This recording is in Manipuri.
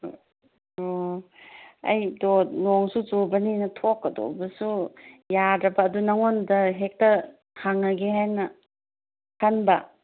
ꯑꯣ ꯑꯩꯗꯣ ꯅꯣꯡꯁꯨ ꯆꯨꯕꯅꯤꯅ ꯊꯣꯛꯀꯗꯧꯕꯁꯨ ꯌꯥꯗ꯭ꯔꯥꯕ ꯑꯗꯨ ꯅꯉꯣꯟꯗ ꯍꯦꯛꯇ ꯍꯪꯂꯒꯦ ꯍꯥꯏꯅ ꯈꯟꯕ